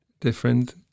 different